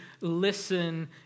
listen